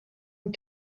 une